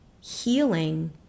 healing